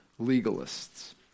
legalists